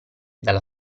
dalla